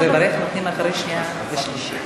לברך נותנים אחרי קריאה שנייה ושלישית.